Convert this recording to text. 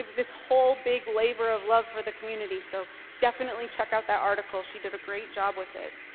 this whole big labor of love for the community. so definitely check out that article. she did a great job with it.